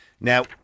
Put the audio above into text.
Now